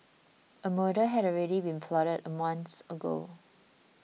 a murder had already been plotted a month ago